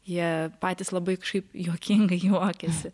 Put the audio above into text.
jie patys labai kažkaip juokingai juokiasi